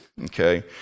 okay